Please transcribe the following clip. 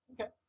Okay